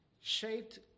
shaped